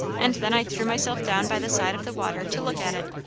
and then i threw myself down by the side of the water to look at it.